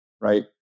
right